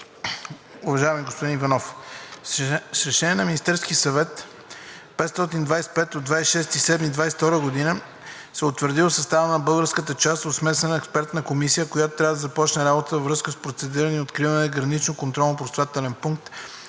Уважаеми господин Иванов, с Решение на Министерския съвет № 525 от 26 юли 2022 г. се е утвърдил съставът на българската част от Смесена експертна комисия, която е трябвало да започне работа във връзка с процедурите по откриване на Граничен контролно-пропускателен пункт